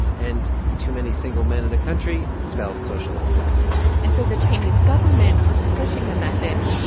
and too many single men in a country spells social unrest and so the chinese government was pushing the message,